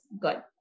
good